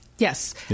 Yes